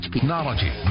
technology